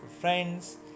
friends